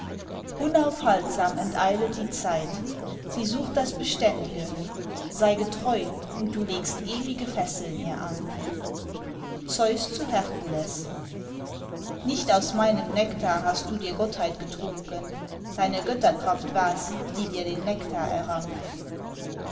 unaufhaltsam enteilet die zeit sie sucht das beständ'ge sei getreu und du legst ewige fesseln ihr an zeus zu herkules nicht aus meinem nektar hast du dir gottheit getrunken deine götterkraft war's die dir den nektar errang